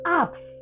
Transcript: apps